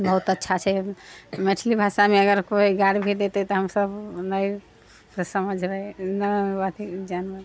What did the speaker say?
बहुत अच्छा छै मैथिली भाषामे अगर कोइ गारि भी देतै तऽ हम सभ नहि समझबै ने अथि जानबै